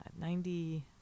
Ninety-